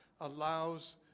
allows